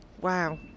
Wow